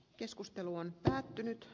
keskustelu on päättynyt